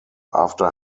after